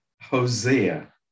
Hosea